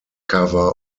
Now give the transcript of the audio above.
cover